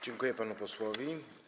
Dziękuję panu posłowi.